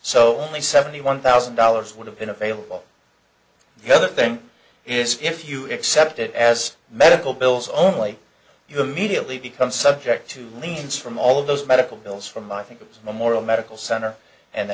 the seventy one thousand dollars would have been available the other thing is if you accept it as medical bills only you immediately become subject to liens from all of those medical bills from i think it's memorial medical center and the